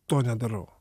to nedarau